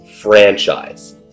franchise